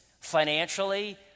financially